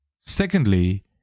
Secondly